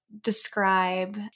describe